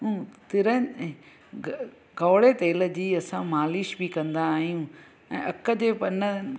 तिरनि ऐं कौड़े तेल जी असां मालिश बि कंदा आहियूं ऐं अक जे पननि